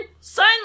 sign